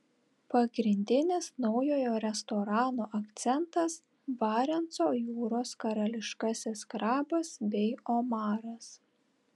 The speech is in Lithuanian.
pagrindinis naujojo restorano akcentas barenco jūros karališkasis krabas bei omaras